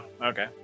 okay